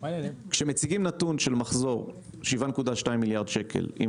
כשמציגים נתון של מחזור 7.2 מיליארד שקל עם